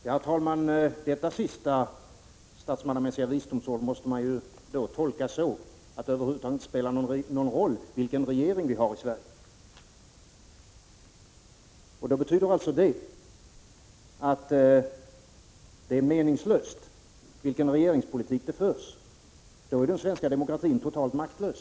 Herr talman! Dessa sista statsmannamässiga visdomsord måste man tolka så, att det över huvud taget inte spelar någon roll vilken regering vi har i Sverige. Det betyder alltså att det är meningslöst vilken regeringspolitik som förs. Då är den svenska demokratin totalt maktlös.